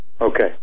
Okay